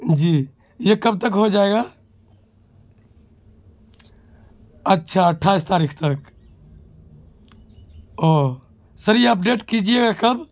جی یہ کب تک ہو جائے گا اچھا اٹھائیس تاریخ تک او سر یہ اپڈیٹ کیجیے گ کب